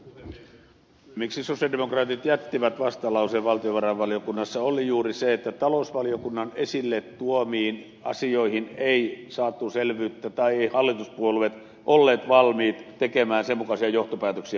syy miksi sosialidemokraatit jättivät vastalauseen valtiovarainvaliokunnassa oli juuri se että talousvaliokunnan esille tuomiin asioihin ei saatu selvyyttä eivätkä hallituspuolueet olleet valmiit tekemään sen mukaisia johtopäätöksiä